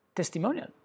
testimonial